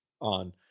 on